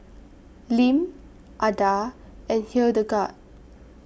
Lim Adah and Hildegarde